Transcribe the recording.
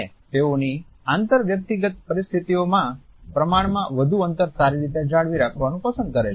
અને તેઓની આંતર વ્યક્તિગત પરિસ્થિતિઓમાં પ્રમાણમાં વધુ અંતર સારી રીતે જાળવી રાખવાનું પસંદ કરે છે